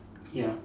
ya